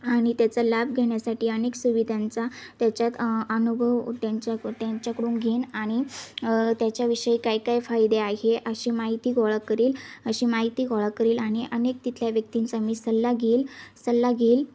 आणि त्याचा लाभ घेण्यासाठी अनेक सुविधांचा त्याच्यात अनुभव त्यांच्या त्यांच्याकडून घेईन आणि त्याच्याविषयी काय काय फायदे आहे अशी माहिती गोळा करेल अशी माहिती गोळा करेल आणि अनेक तिथल्या व्यक्तींचा मी सल्ला घेईल सल्ला घेईल